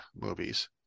movies